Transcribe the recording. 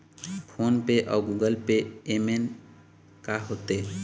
Phone पे अउ Google Pay येमन का होते?